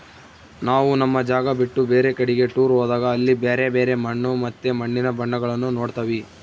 ನಾವು ನಮ್ಮ ಜಾಗ ಬಿಟ್ಟು ಬೇರೆ ಕಡಿಗೆ ಟೂರ್ ಹೋದಾಗ ಅಲ್ಲಿ ಬ್ಯರೆ ಬ್ಯರೆ ಮಣ್ಣು ಮತ್ತೆ ಮಣ್ಣಿನ ಬಣ್ಣಗಳನ್ನ ನೋಡ್ತವಿ